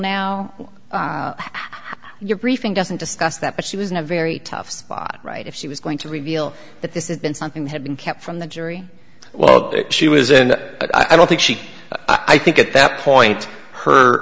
now how you're briefing doesn't discuss that but she was in a very tough spot right if she was going to reveal that this is been something that had been kept from the jury well she was and i don't think she i think at that point her